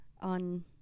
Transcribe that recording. on